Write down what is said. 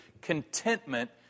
contentment